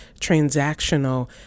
transactional